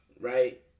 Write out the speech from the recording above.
right